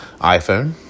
iPhone